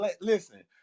listen